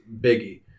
Biggie